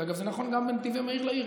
אגב, זה נכון גם בנתיב המהיר לעיר.